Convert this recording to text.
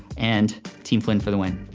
and team flynn for the win.